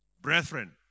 Brethren